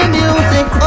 music